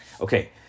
Okay